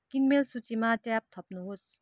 किनमेल सूचीमा ट्याब थप्नुहोस्